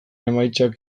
emaitzak